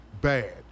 bad